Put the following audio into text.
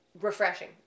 refreshing